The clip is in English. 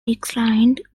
declined